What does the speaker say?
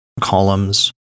columns